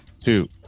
two